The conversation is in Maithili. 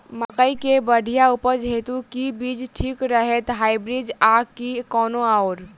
मकई केँ बढ़िया उपज हेतु केँ बीज ठीक रहतै, हाइब्रिड आ की कोनो आओर?